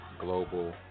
global